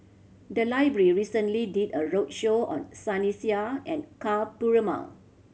the library recently did a roadshow on Sunny Sia and Ka Perumal